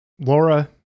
laura